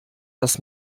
dass